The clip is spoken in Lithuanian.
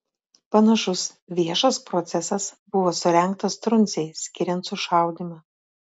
panašus viešas procesas buvo surengtas truncei skiriant sušaudymą